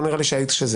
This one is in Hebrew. לא נראה לי שהיית כאן,